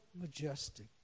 majestic